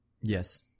Yes